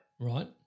Right